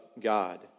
God